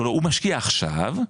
לא הוא משקיע עכשיו.